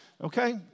Okay